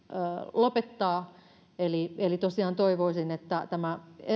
lopettaa eli eli tosiaan toivoisin että tämä